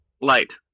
light